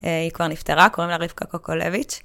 היא כבר נפטרה, קוראים לה רבקה קוקולביץ'.